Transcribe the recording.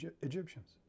Egyptians